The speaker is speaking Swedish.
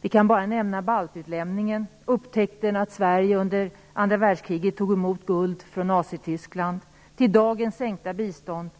Jag kan bara nämna baltutlämningen, upptäckten att Sverige under andra världskriget tog emot guld från Nazityskland, dagens sänkta bistånd